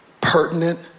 pertinent